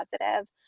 positive